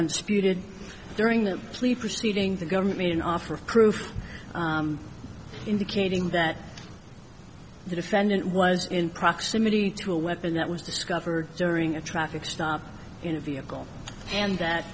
unspirited during that plea proceeding the government made an offer of proof indicating that the defendant was in proximity to a weapon that was discovered during a traffic stop in a vehicle and that